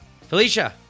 Felicia